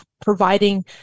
providing